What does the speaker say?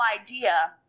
idea